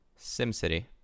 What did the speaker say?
SimCity